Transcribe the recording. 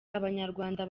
abanyarwanda